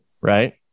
right